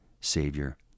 Savior